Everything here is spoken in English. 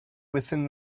within